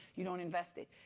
you don't invest it.